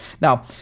now